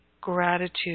gratitude